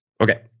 Okay